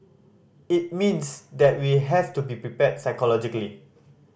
it means that we have to be prepared psychologically